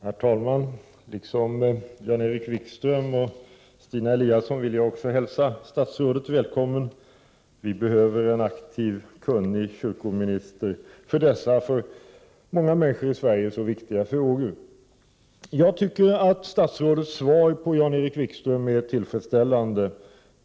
Herr talman! Liksom Jan-Erik Wikström och Stina Eliasson vill också jag hälsa statsrådet välkommen. Vi behöver en aktiv och kunnig kyrkominister i 59 Prot. 1988/89:52 dessa för många människor i Sverige så viktiga frågor. Jag tycker att 18 januari 1989 statsrådets svar på Jan-Erik Wikströms frågor är tillfredsställande.